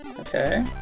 Okay